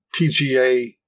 TGA